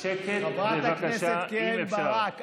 שקט, בבקשה, אם אפשר.